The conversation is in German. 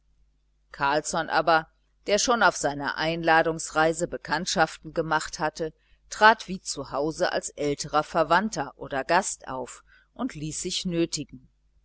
carlsson aber der schon auf seiner einladungsreise bekanntschaften gemacht hatte trat wie zu hause als älterer verwandter oder gast auf und ließ sich nötigen